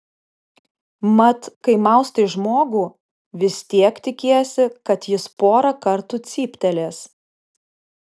mat kai maustai žmogų vis tiek tikiesi kad jis porą kartų cyptelės